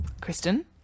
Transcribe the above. Kristen